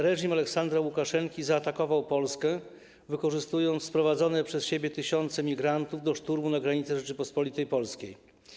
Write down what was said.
Reżim Aleksandra Łukaszenki zaatakował Polskę wykorzystując sprowadzone przez siebie tysiące migrantów do szturmu na granice Rzeczypospolitej Polskiej.